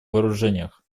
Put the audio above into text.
вооружениях